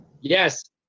yes